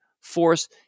force